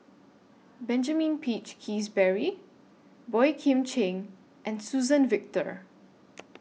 Benjamin Peach Keasberry Boey Kim Cheng and Suzann Victor